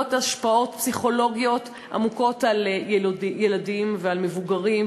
עלולות להיות השפעות פסיכולוגיות עמוקות על ילדים ועל מבוגרים,